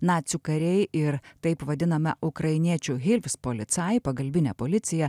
nacių kariai ir taip vadinama ukrainiečių hibs policai pagalbinė policija